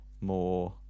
more